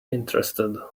interested